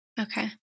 Okay